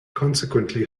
consequently